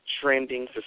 trending